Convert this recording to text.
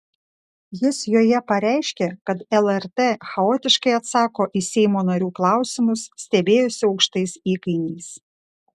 jis joje pareiškė kad lrt chaotiškai atsako į seimo narių klausimus stebėjosi aukštais įkainiais